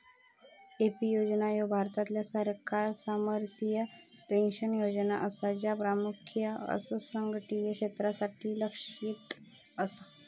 AP योजना ह्या भारतातल्या सरकार समर्थित पेन्शन योजना असा, ज्या प्रामुख्यान असंघटित क्षेत्रासाठी लक्ष्यित असा